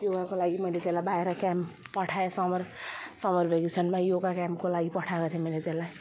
योगाको लागि मैले त्यसलाई बाहिर क्याम्प पठाएँ समर समर भ्याकेसनमा योगा क्याम्पको लागि पठाएको थिएँ मैले त्यसलाई